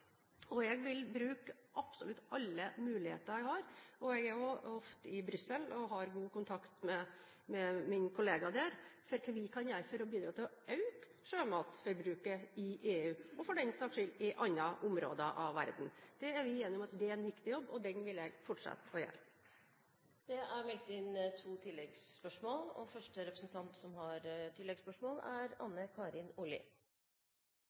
og villige til å betale litt ekstra før. Det er vi avhengige av i norsk sjømatnæring. Jeg vil bruke absolutt alle muligheter jeg har – jeg er jo ofte i Brussel og har god kontakt med min kollega der – til å bidra til å øke sjømatforbruket i EU og for den saks skyld i andre områder av verden. Vi er enige om at det er en viktig jobb, og den vil jeg fortsette å gjøre. Det blir to